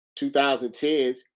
2010s